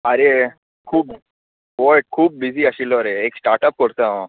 आरे खूब वय खूब बिजी आशिल्लो रे एक स्टार्टआप करता हांव